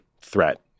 threat